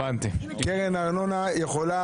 קרן הארנונה יכולה,